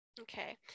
okay